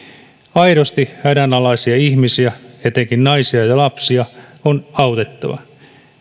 aidosti hädänalaisia ihmisiä etenkin naisia ja lapsia on autettava